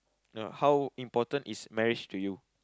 no how important is marriage to you